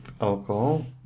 alcohol